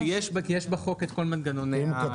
יש בחוק את כל מנגנוני ההצמדה.